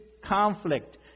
conflict